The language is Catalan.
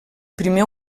primer